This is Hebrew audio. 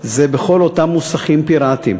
זה כל אותם מוסכים פיראטיים